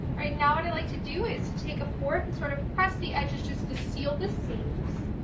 right, now what i like to do is to take a fork and sort of press the edges just to seal the seams.